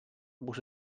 vos